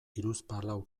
hiruzpalau